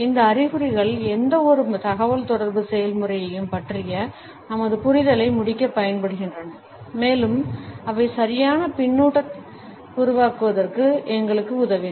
இந்த அறிகுறிகள் எந்தவொரு தகவல்தொடர்பு செயல்முறையையும் பற்றிய நமது புரிதலை முடிக்கப் பயன்படுகின்றன மேலும் அவை சரியான பின்னூட்டத்தை உருவாக்குவதற்கும் எங்களுக்கு உதவின